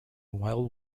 while